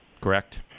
Correct